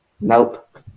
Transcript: Nope